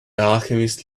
alchemist